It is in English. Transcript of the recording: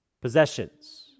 Possessions